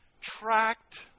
tracked